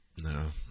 No